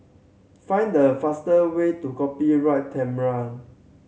find the fastest way to Copyright